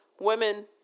Women